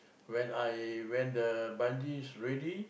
when I when the bungee is ready